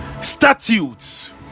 statutes